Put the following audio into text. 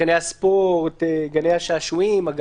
מתקני הספורט, גני השעשועים.